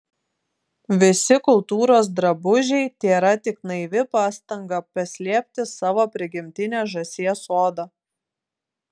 visi kultūros drabužiai tėra tik naivi pastanga paslėpti savo prigimtinę žąsies odą